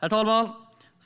Herr talman!